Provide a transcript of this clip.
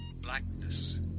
Blackness